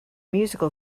musical